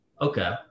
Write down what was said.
Okay